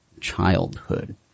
childhood